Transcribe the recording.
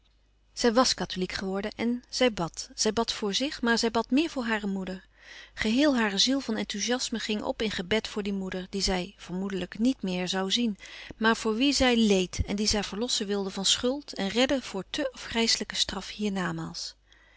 zij wàs katholiek geworden en zij bad zij bad voor zich maar zij bad meer voor hare moeder geheel hare ziel van enthoeziasme ging op in gebed voor die moeder die zij vermoedelijk niet meer zoû zien maar voor wie zij leed en die zij verlossen wilde van schuld en redden voor te afgrijslijke straf hier